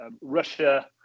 Russia